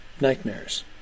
nightmares